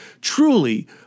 truly